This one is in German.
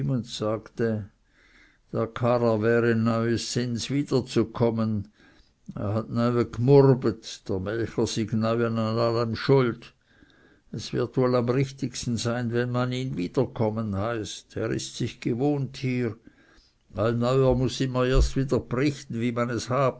der karrer wäre neue sinns wieder zu kommen er hat neue gmurbet der melcher syg neue an allem schuld es wird wohl am richtigsten sein wenn man ihn wieder kommen heißt er ist sich gewohnt hier ein neuer muß man erst wieder brichten wie man es